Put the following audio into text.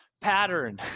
pattern